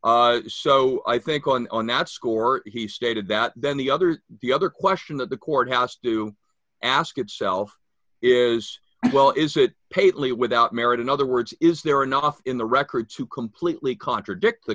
so i think on that score he stated that then the other the other question that the court house to ask itself is well is it pate without merit in other words is there enough in the record to completely contradict the